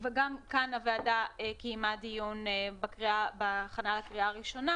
גם בסעיף (2) הוועדה קיימה דיון בהכנה לקריאה ראשונה